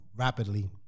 rapidly